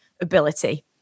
ability